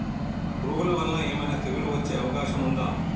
పురుగుల వల్ల ఏమైనా తెగులు వచ్చే అవకాశం ఉందా?